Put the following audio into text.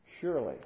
Surely